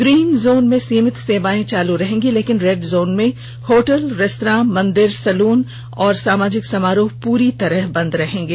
green zone में सिमित सेवाएं चालू रहेंगी लेकिन रेड जोन में होटल रेस्तरा मंदिर सैलून और सामाजिक समारोह पूरी तरह बंद रहेंगे